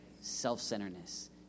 self-centeredness